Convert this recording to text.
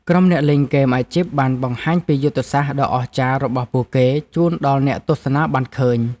ក្រុមអ្នកលេងហ្គេមអាជីពបានបង្ហាញពីយុទ្ធសាស្ត្រដ៏អស្ចារ្យរបស់ពួកគេជូនដល់អ្នកទស្សនាបានឃើញ។